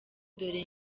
dore